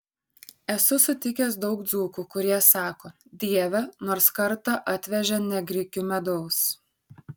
esu sutikęs daug dzūkų kurie sako dieve nors kartą atvežė ne grikių medaus